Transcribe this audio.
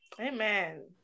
Amen